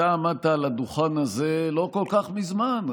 אתה עמדת על הדוכן הזה לא כל כך מזמן,